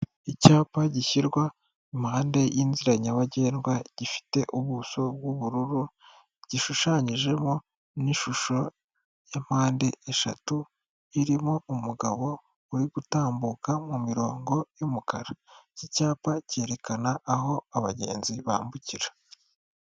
Icyapa gishyirwa impande y'inzira nyabagendwa, gifite ubuso bw'ubururu, gishushanyijemo n'ishusho ya mpande eshatu, irimo umugabo uri gutambuka mu mirongo y'umukara, iki cyapa cyerekana aho abagenzi bambukira.